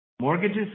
Mortgages